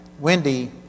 Wendy